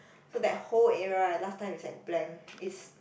so that whole area right last time is like blank is